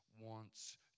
wants